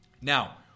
Now